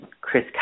Chris